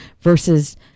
versus